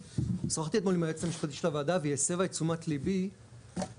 שוחחתי אתמול עם היועצת המשפטית לוועדה והיא הסבה את תשומת ליבי לעובדה